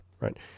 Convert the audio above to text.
right